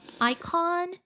icon